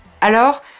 Alors